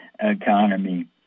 economy